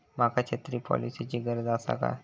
माका छत्री पॉलिसिची गरज आसा काय?